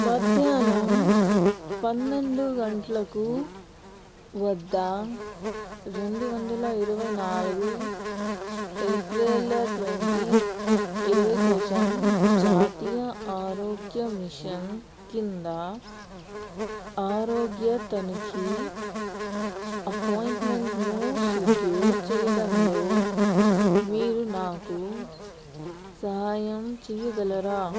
మధ్యాహ్నం పన్నెండు గంట్లకు వద్ద రెండు వందల ఇరవై నలుగు ఏప్రిల్ ట్వంటీ ఇరవై కోసం జాతీయ ఆరోగ్య మిషన్ క్రింద ఆరోగ్య తనిఖీ అపాయింట్మెంట్ను షెడ్యూల్ చేయడంలో మీరు నాకు సహాయం చేయగలరా